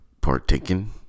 partaken